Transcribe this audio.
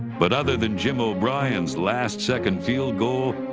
but other than jim o'brien's last-second field goal,